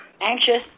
Anxious